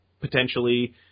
potentially